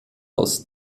aus